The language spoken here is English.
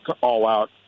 all-out